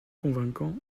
convaincant